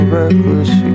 reckless